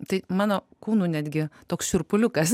tai mano kūnu netgi toks šiurpuliukas